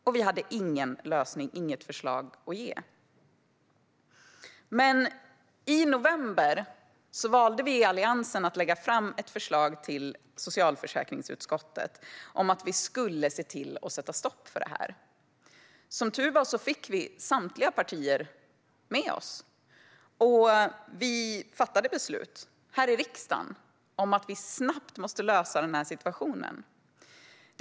Men vi hade ingen lösning, inget förslag att lämna. I november valde vi i Alliansen att lägga fram ett förslag till socialförsäkringsutskottet om att vi skulle se till att sätta stopp för det här. Som tur var fick vi samtliga partier med oss. Vi fattade beslut här i riksdagen om att man snabbt måste lösa situationen.